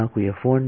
destination f2